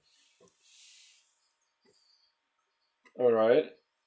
alright